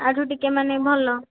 ଆଠୁ ଟିକିଏ ମାନେ ଭଲ